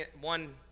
One